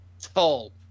tall